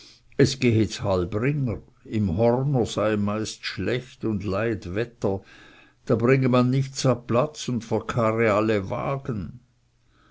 es gehe ds halb ringer im horner sei meist schlecht und leid wetter da bringe man nichts ab platz und verkarre alle wagen